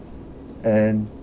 and